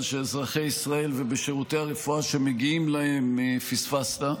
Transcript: אזרחי ישראל ובשירותי הרפואה שמגיעים להם פספסת,